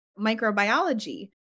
microbiology